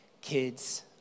kids